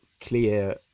clear